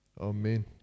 Amen